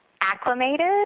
acclimated